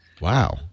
Wow